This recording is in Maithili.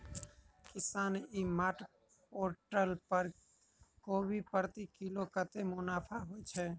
किसान ई मार्ट पोर्टल पर कोबी प्रति किलो कतै मुनाफा होइ छै?